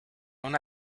una